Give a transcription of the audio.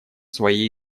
своей